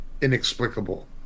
inexplicable